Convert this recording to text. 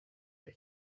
the